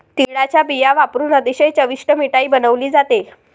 तिळाचा बिया वापरुन अतिशय चविष्ट मिठाई बनवली जाते